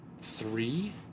three